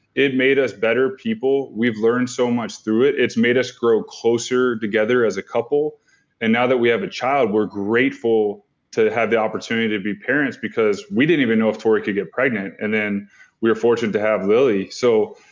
it made us better people. we've learned so much through it. it's made us grow closer together as a couple and now that we have a child we're grateful to have the opportunity to be parents because we didn't even know if tori could get pregnant and then we were fortunate to have lily so,